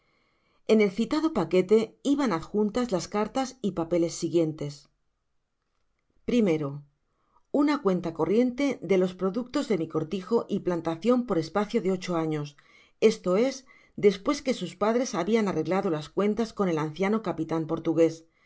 en el citad o paquete iban adjuntas las cartas y papeles siguientes o una cuenta corriente de los productos de mi cortijo y plantacion por espacio de ocho años esto es despues que sus padres habian arreglado las cuentas con e anciano capitan portugués el